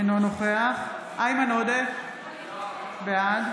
אינו נוכח איימן עודה, בעד